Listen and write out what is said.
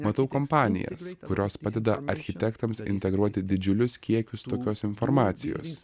matau kompanijas kurios padeda architektams integruoti didžiulius kiekius tokios informacijos